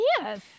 yes